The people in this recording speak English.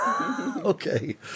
Okay